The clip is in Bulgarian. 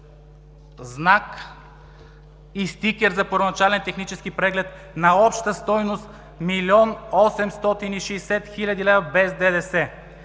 знак и стикер за първоначален технически преглед, на обща стойност 775 хил. лв. без ДДС.